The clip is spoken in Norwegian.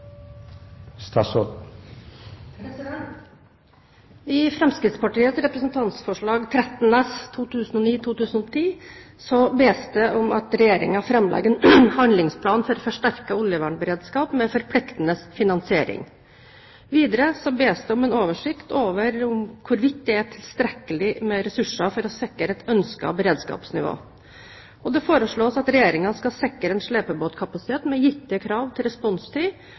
I Fremskrittspartiets representantforslag 8:13 S for 2009–2010 bes det om at Regjeringen framlegger en handlingsplan for forsterket oljevernberedskap med forpliktende finansiering. Videre bes det om en oversikt over hvorvidt det er tilstrekkelig med ressurser for å sikre et ønsket beredskapsnivå. Det foreslås at Regjeringen skal sikre en slepebåtkapasitet med gitte krav til responstid,